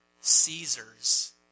Caesar's